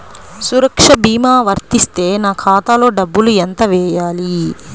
సురక్ష భీమా వర్తిస్తే నా ఖాతాలో డబ్బులు ఎంత వేయాలి?